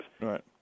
Right